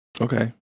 okay